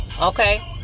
Okay